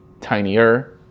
tinier